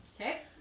Okay